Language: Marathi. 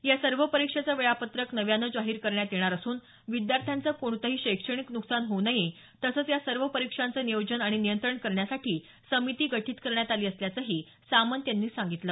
या सर्व परीक्षेचे वेळापत्रक नव्याने जाहीर करण्यात येणार असून विद्यार्थ्यांचं कोणतेही शैक्षणिक नुकसान होऊ नये तसंच या सर्व परीक्षांचे नियोजन आणि नियंत्रण करण्यासाठी समिती गठित करण्यात आली असल्याचंही सामंत यांनी सांगितलं